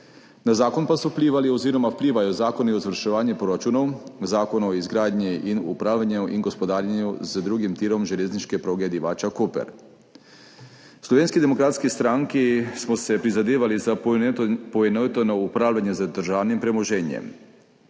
Na zakon pa so vplivali oziroma vplivajo Zakoni o izvrševanju proračunov, Zakonu o izgradnji in upravljanju in gospodarjenju z drugim tirom železniške proge Divača-Koper. V Slovenski demokratski stranki smo si prizadevali za poenoteno upravljanje z državnim premoženjem.